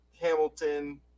Hamilton